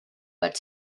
but